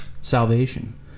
salvation